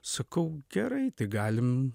sakau gerai tai galim